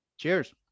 Cheers